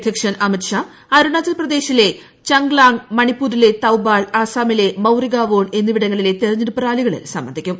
അധ്യക്ഷൻ അമിത് ഷാ അരുണാചൽ പ്രദേശിലെ ചംഗ്ലാംഗ് മീണിപ്പൂരിലെ തൌബാൾ ആസ്സാമിലെ മൌറിഗാവോൺ എന്നിപ്പിട്ങ്ങളിലെ തെരഞ്ഞെടുപ്പ് റാലികളിൽ സംബന്ധിക്കും